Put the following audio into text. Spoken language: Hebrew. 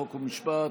חוק ומשפט,